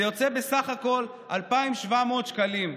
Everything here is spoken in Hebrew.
זה יוצא בסך הכול 2,700 שקלים,